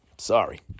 Sorry